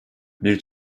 bir